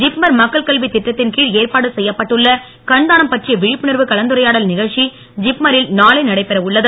திப்மர் மக்கள் கல்வி திட்டத்தின்கீழ் ஏற்பாடு செய்யப்பட்டுள்ள கண்தானம் பற்றிய விழிப்புணர்வு கலந்துரையாடல் நிகழ்ச்சி ஜிப்மரில் நானை நடைபெறவுள்ளது